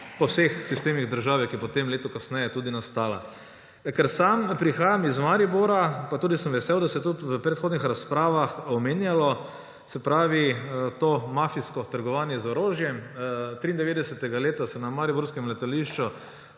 po vseh sistemih države, ki je potem leto kasneje tudi nastala. Ker sam prihajam iz Maribora, sem tudi vesel, da se je v predhodnih razpravah omenjalo to mafijsko trgovanje z orožjem. Leta 1993 se je na mariborskem letališču